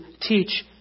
teach